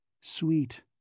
Sweet